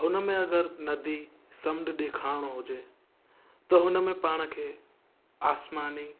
हुन में अगरि नदी समुंड ॾेखारिणो हुजे त हुन में पाण खे आस्मानी